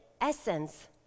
essence